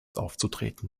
aufzutreten